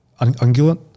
ungulate